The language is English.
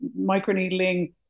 microneedling